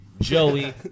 Joey